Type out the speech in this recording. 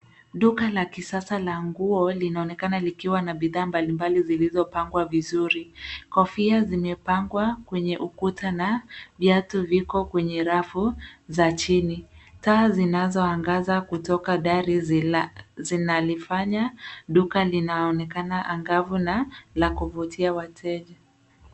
Duka la kisasa la nguo linaonekana likiwa na bidhaa mbalimbali zilizopangwa vizuri. Kofia imepangwa kwenye ukuta na viatu viko kwenye rafu za chini. Taa zinazoangaza kutoka dari zinalifanya duka linaonekana angavu na la kuvutia wateja.